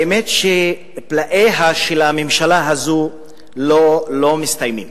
האמת שפלאיה של הממשלה הזאת לא מסתיימים.